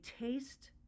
taste